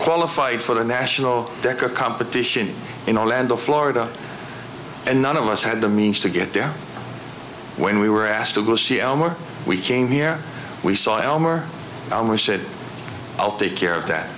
qualified for the national ticket competition in orlando florida and none of us had the means to get there when we were asked to go see elmore we came here we saw elmer and we said i'll take care of that